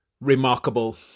remarkable